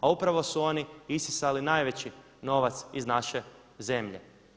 A upravo su oni isisali najveći novac iz naše zemlje.